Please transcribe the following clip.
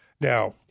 Now